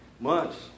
months